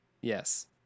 Yes